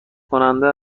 کننده